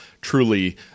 truly